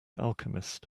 alchemist